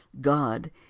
god